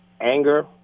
anger